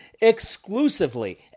exclusively